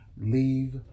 leave